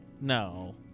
No